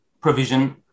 provision